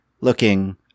looking